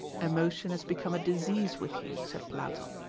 emotion has become a disease with you, said platon.